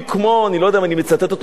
אני לא יודע אם אני מצטט אותו באופן מדויק,